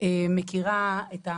אני מכירה,